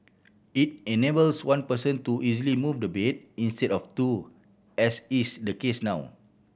it enables one person to easily move the bed instead of two as is the case now